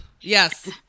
Yes